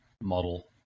model